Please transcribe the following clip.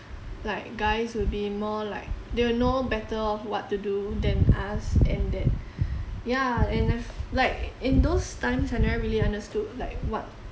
like guys would be more like they'll know better of what to do than us and that ya and I f~ like in those times I never really understood like what